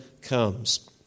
comes